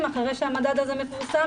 עם העדכונים החדשים במהרה בימינו,